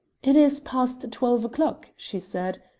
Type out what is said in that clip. it is past twelve o'clock, she said.